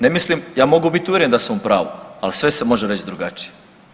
Ne mislim, ja mogu biti uvjeren da sam u pravu, ali sve se može reći drugačije.